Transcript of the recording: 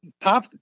top